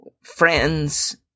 Friends